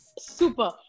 Super